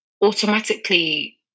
automatically